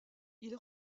ils